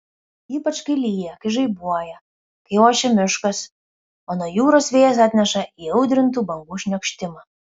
ypač kai lyja kai žaibuoja kai ošia miškas o nuo jūros vėjas atneša įaudrintų bangų šniokštimą